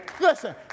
Listen